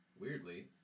Weirdly